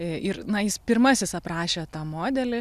ir na jis pirmasis aprašė tą modelį